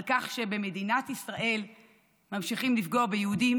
על כך שבמדינת ישראל ממשיכים לפגוע ביהודים,